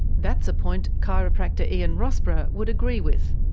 that's a point chiropractor ian rossborough would agree with.